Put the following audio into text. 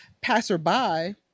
passerby